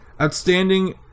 Outstanding